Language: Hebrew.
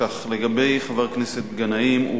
לגבי חבר הכנסת גנאים,